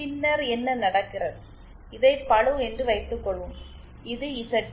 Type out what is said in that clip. பின்னர் என்ன நடக்கிறது இதை பளு என்று வைத்துக்கொள்வோம் இது இசட்சி